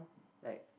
like